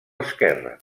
esquerre